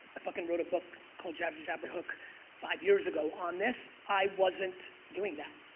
i fuckin' wrote a book called jab, jab, jab, right hook five years ago on this. i wasn't doing that,